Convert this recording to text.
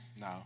No